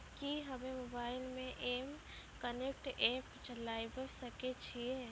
कि हम्मे मोबाइल मे एम कनेक्ट एप्प चलाबय सकै छियै?